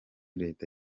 leta